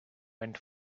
went